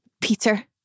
Peter